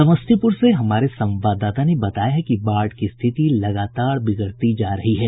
समस्तीपुर से हमारे संवाददाता ने बताया है कि बाढ़ की स्थिति लगातार बिगड़ती जा रही है